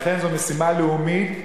לכן זו משימה לאומית,